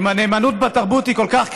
אם הנאמנות בתרבות כל כך קריטית,